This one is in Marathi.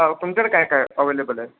हो तुमच्याकडे काय काय अवेलेबल आहे